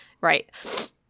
right